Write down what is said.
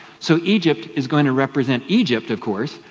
so egypt is going to represent egypt of course,